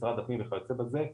משרד הפנים וכיוצא בזה,